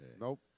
Nope